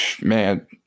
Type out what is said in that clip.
Man